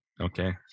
Okay